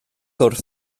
wrth